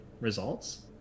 results